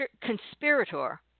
conspirator